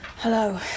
Hello